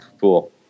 cool